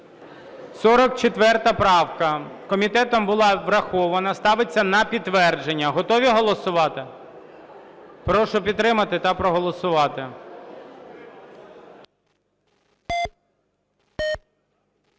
44 правка. Комітетом була врахована. Ставиться на підтвердження. Готові голосувати? Прошу підтримати та проголосувати.